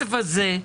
הכסף הזה,